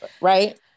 right